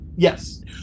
Yes